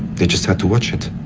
they just had to watch it.